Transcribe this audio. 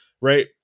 right